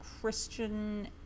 christian